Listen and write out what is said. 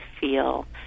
feel